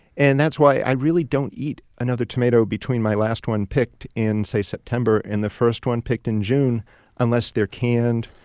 and that's why i really don't eat another tomato between my last one picked in say september and the first one picked in june unless they're canned,